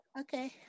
okay